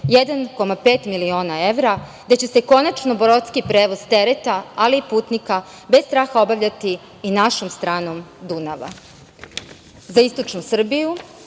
1,5 miliona evra, gde će se konačno brodski prevoz tereta, ali i putnika, bez straha obavljati i našom stranom Dunava.Za istočnu Srbiju